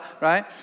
right